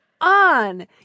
on